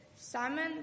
Simon